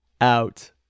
out